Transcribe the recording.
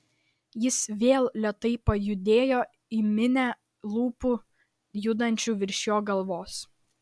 jis vėl lėtai pajudėjo į minią lūpų judančių virš jo galvos